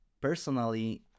personally